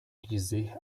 dizer